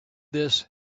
this